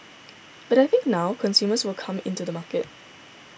but I think now consumers will come in to the market